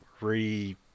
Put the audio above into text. re